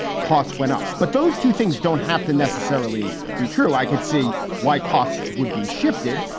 costs went up. but those two things don't have to necessarily be true. i could see why costs would be shifted.